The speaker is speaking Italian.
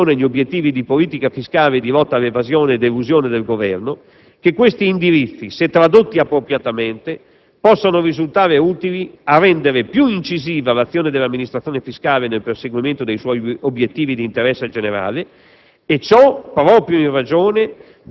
- sostenendo con convinzione gli obiettivi del Governo di politica fiscale e di lotta all'evasione e all'elusione - che questi indirizzi, se tradotti appropriatamente, possano risultare utili a rendere più incisiva l'azione dell'amministrazione fiscale nel perseguimento dei suoi obiettivi di interesse generale: